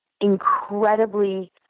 incredibly